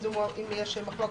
אם יש מחלוקות,